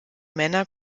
männer